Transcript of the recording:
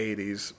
80s